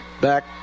back